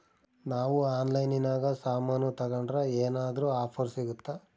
ನಾವು ಆನ್ಲೈನಿನಾಗ ಸಾಮಾನು ತಗಂಡ್ರ ಏನಾದ್ರೂ ಆಫರ್ ಸಿಗುತ್ತಾ?